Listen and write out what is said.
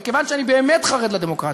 וכיוון שאני באמת חרד לדמוקרטיה,